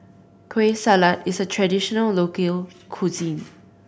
Kueh Salat is a traditional local cuisine